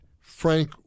Frank